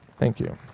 thank you.